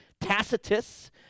tacitus